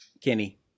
kenny